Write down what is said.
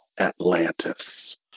Atlantis